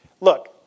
Look